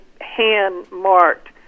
hand-marked